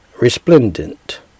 resplendent